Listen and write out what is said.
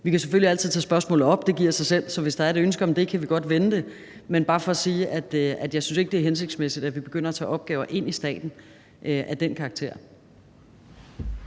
Vi kan selvfølgelig altid tage spørgsmålet op, det giver sig selv. Så hvis der er et ønske om det, kan vi godt vende det. Men det er bare for at sige, at jeg ikke synes, at det er hensigtsmæssigt, at vi begynder at tage opgaver af den karakter